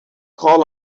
call